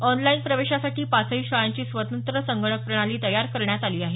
online प्रवेशासाठी पाचही शाळांची स्वतंत्र संगणक प्रणाली तयार करण्यात आली आहे